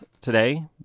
today